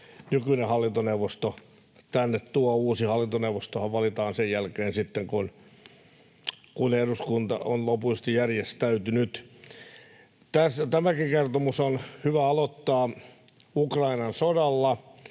nykyinen hallintoneuvosto tänne tuo. Uusi hallintoneuvostohan valitaan sitten sen jälkeen, kun eduskunta on lopullisesti järjestäytynyt. Tämäkin kertomus on hyvä aloittaa Ukrainan sodalla,